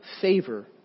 favor